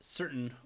certain